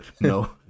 no